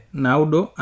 naudo